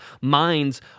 minds